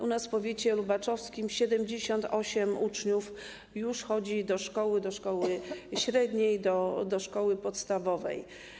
U nas w powiecie lubaczowskim 78 uczniów już chodzi do szkoły - do szkoły średniej, do szkoły podstawowej.